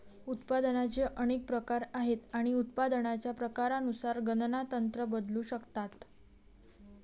उत्पादनाचे अनेक प्रकार आहेत आणि उत्पादनाच्या प्रकारानुसार गणना तंत्र बदलू शकतात